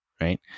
right